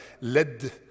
led